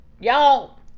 y'all